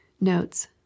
Notes